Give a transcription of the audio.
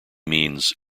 means